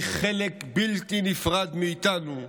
הן חלק בלתי נפרד מאיתנו,